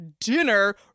dinner